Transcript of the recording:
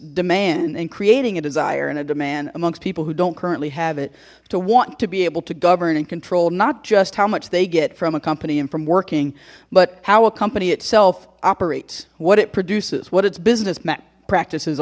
demand and creating a desire and a demand amongst people who don't currently have it to want to be able to govern and control not just how much they get from a company and from working but how a company itself operate what it produces what its business map practices